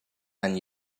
and